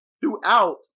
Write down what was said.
throughout